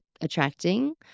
attracting